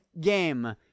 game